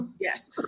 Yes